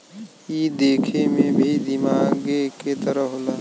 ई देखे मे भी दिमागे के तरह होला